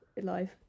live